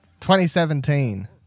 2017